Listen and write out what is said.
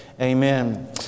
Amen